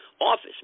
Office